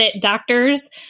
doctors